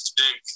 big